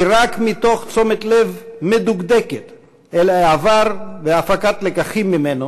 כי רק מתוך תשומת לב מדוקדקת אל העבר והפקת לקחים ממנו,